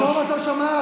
פתאום את לא שומעת?